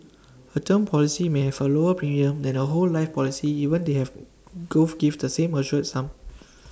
A term policy may have A lower premium than A whole life policy even when they both give the same assured sum